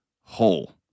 whole